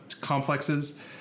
complexes